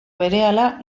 berehala